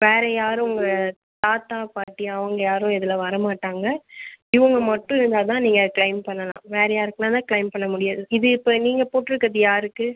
வேறு யாரும் உங்கள் தாத்தா பாட்டி அவங்க யாரும் இதில் வரமாட்டாங்க இவங்க மட்டும் இருந்தால் தான் நீங்கள் க்ளைம் பண்ணலாம் வேறு யாருக்குலாந்தான் க்ளைம் பண்ண முடியாது இது இப்போ நீங்கள் போட்டுருக்கறது யாருக்கு